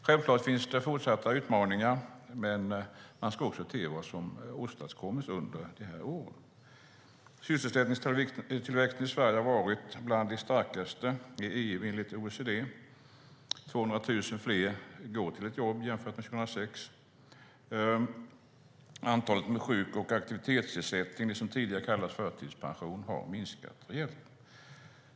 Självklart finns det fortsatta utmaningar, men man ska också se vad som har åstadkommits under de här åren. Sysselsättningstillväxten i Sverige har varit bland de starkaste i EU enligt OECD. 200 000 fler går i dag till ett jobb jämfört med 2006. Antalet med sjuk och aktivitetsersättning - det som tidigare kallades förtidspension - har minskat rejält.